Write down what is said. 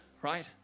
right